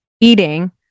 eating